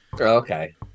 Okay